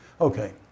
Okay